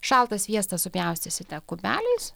šaltą sviestą supjaustysite kubeliais